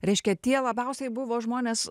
reiškia tie labiausiai buvo žmonės